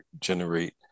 generate